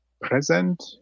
present